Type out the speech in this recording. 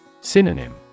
Synonym